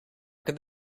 could